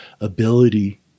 ability